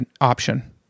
option